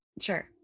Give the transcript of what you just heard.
Sure